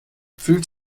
fühlt